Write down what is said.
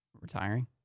Retiring